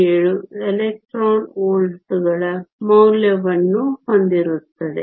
17 electron ವೋಲ್ಟ್ಗಳ ಮೌಲ್ಯವನ್ನು ಹೊಂದಿರುತ್ತದೆ